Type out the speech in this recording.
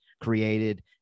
created